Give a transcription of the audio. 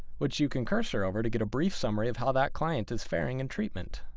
which you can cursor over to get a brief summary of how that client is faring in treatment.